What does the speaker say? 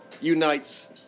unites